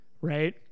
Right